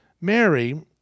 Mary